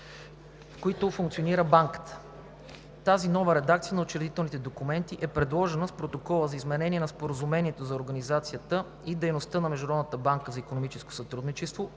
в които функционира Банката. Тази нова редакция на учредителните документи е предложена с Протокола за изменение на Споразумението за организацията и дейността на Международната банка за икономическо сътрудничество